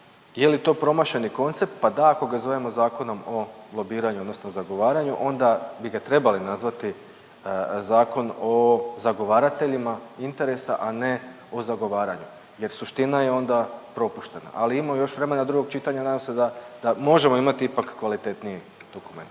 Je li to promašeni koncept? Pa da ako ga zovemo Zakonom o lobiranju odnosno zagovaranju, onda bi ga trebali nazvati Zakon o zagovarateljima interesa, a ne o zagovaranju jer suština je onda propuštena, ali imamo još vremena do drugog čitanja, nadam se da, da možemo imati ipak kvalitetniji dokument.